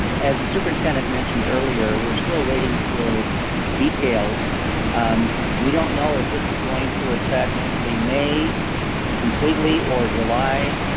as the superintendent mentioned earlier, we're still waiting for details. umm we don't know if this is going to affect the may completely, or july,